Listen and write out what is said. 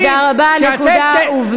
תודה רבה, הנקודה הובנה.